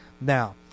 Now